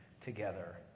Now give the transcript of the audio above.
together